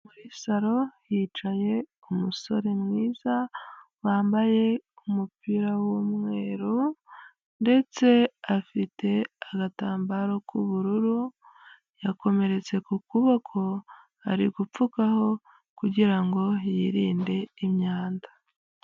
Salo yicayemo umusore mwiza wambaye umupira w’umweru, ndetse afite agatambaro k’ubururu, yakomeretse ku kuboko ari gupfukaho kugirango yirinde imyanda.